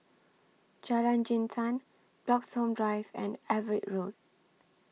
Jalan Jintan Bloxhome Drive and Everitt Road